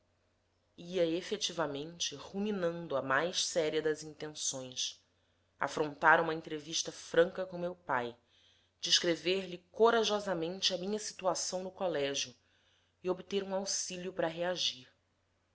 conferência ia efetivamente ruminando a mais séria das intenções afrontar uma entrevista franca com meu pai descreverlhe corajosamente a minha situação no colégio e obter um auxilio para reagir